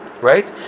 right